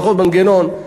פחות מנגנון.